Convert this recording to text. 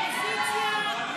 סעיפים 12